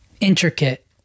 intricate